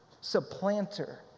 supplanter